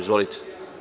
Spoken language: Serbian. Izvolite.